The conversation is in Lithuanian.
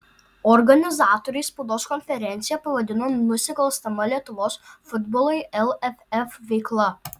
organizatoriai spaudos konferenciją pavadino nusikalstama lietuvos futbolui lff veikla